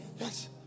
Yes